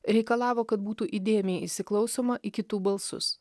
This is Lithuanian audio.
reikalavo kad būtų įdėmiai įsiklausoma į kitų balsus